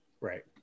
Right